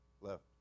Left